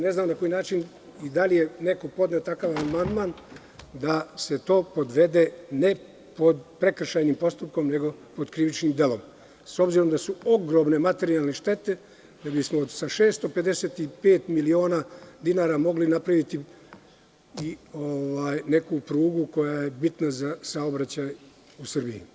Ne znam da li je neko podneo takav amandman da se to podvede ne pod prekršajni postupak, već pod krivičnim delom, s obzirom da su ogromne materijalne štete, jer bismo od 655 miliona dinara mogli napraviti neku prugu koja je bitna za saobraćaj u Srbiji.